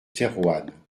thérouanne